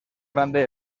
grande